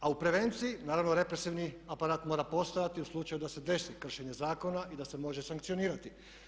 A u prevenciji, naravno represivni aparat mora postojati u slučaju da se desi kršenje zakona i da se može sankcionirati.